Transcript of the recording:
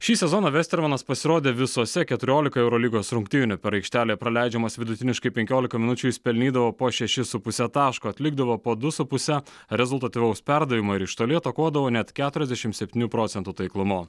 šį sezoną vestermanas pasirodė visose keturiolikoje eurolygos rungtynių per aikštelę praleidžiamas vidutiniškai penkiolika minučių jis pelnydavo po šešis su puse taško atlikdavo po du su puse rezultatyvaus perdavimo ir iš toli atakuodavo net keturiasdešim septynių procentų taiklumu